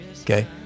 Okay